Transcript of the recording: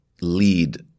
lead